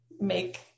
make